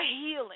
healing